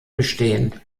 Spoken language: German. bestehen